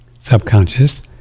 subconscious